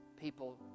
People